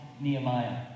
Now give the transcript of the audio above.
Nehemiah